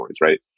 right